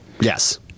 Yes